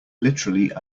literally